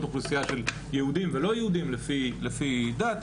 אוכלוסייה של יהודים ולא יהודים לפי דת,